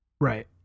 right